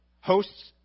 Hosts